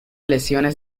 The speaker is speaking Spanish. lesiones